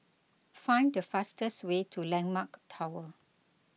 find the fastest way to Landmark Tower